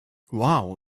wow